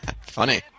Funny